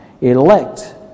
elect